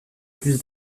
plus